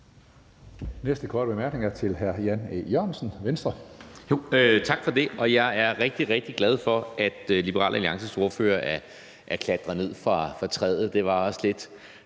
Næste korte bemærkning er til hr. Jan E. Jørgensen, Venstre. Kl. 17:37 Jan E. Jørgensen (V): Tak for det. Jeg er rigtig, rigtig glad for, at Liberal Alliances ordfører er klatret ned fra træet. Det var også lidt